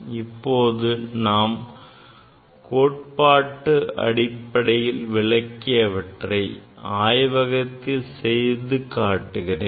இப்போது நான் கோட்பாட்டு அடிப்படையில் விளக்கியவற்றை ஆய்வகத்தில் செய்து காட்டுகிறேன்